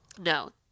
No